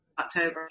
October